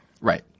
Right